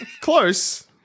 Close